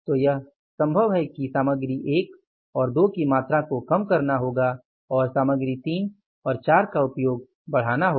तो यह संभव है कि सामग्री 1 और 2 की मात्रा को कम करना होगा और सामग्री 3 और 4 का उपयोग बढ़ाना होगा